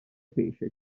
pesce